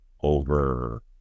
over